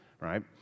right